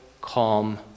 calm